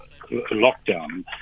lockdown